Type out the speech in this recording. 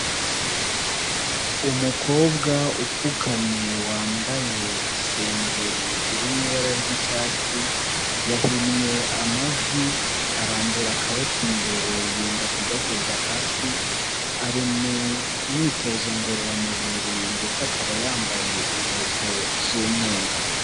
Umukobwa upfukamye wambaye isengeri irimo ibara ry'icyatsi, yahinnye amavi, arambura akaboko imbere yenda kugakoza hasi, ari mu myitozo ngororamubiri ndetse akaba yambaye inkweto z'umweru.